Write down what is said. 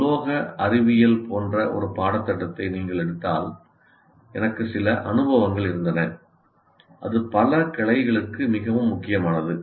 உலோக அறிவியல் போன்ற ஒரு பாடத்திட்டத்தை நீங்கள் எடுத்தால் எனக்கு சில அனுபவங்கள் இருந்தன அது பல கிளைகளுக்கு மிகவும் முக்கியமானது